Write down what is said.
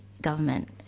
government